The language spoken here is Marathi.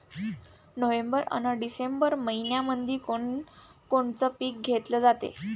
नोव्हेंबर अन डिसेंबर मइन्यामंधी कोण कोनचं पीक घेतलं जाते?